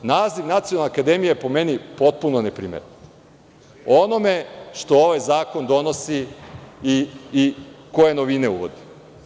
Naziv Nacionalna akademija je, po meni, potpuno neprimeren, o onome što ovaj zakon donosi i koje novine uvodi.